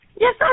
Yes